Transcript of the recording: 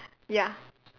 ya